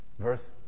verse